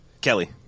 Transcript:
Kelly